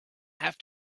have